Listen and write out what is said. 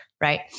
Right